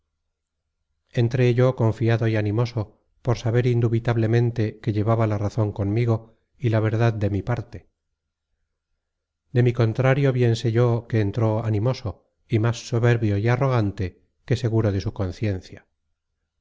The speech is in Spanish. entré yo confiado y animoso por saber indubitablemente que llevaba la razon conmigo y la verdad de mi parte de mi contrario bien sé yo que entró animoso y más soberbio y arrogante que seguro de su conciencia